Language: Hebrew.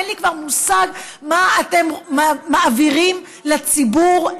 אין לי כבר מושג מה אתם מעבירים לציבור,